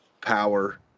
power